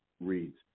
reads